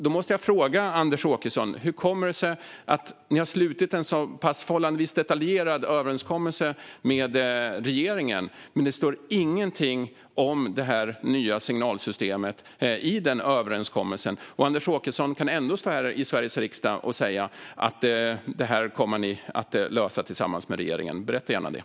Då måste jag fråga Anders Åkesson: Hur kommer det sig att ni har slutit en så pass detaljerad överenskommelse med regeringen men att det inte står någonting där om det nya signalsystemet? Ändå kan Anders Åkesson stå här i Sveriges riksdag och säga att detta kommer ni att lösa tillsammans med regeringen. Berätta gärna hur!